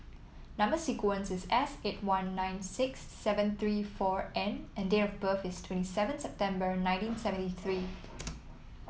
number sequence is S eight one nine six seven three four N and date of birth is twenty seven September nineteen seventy three